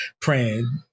praying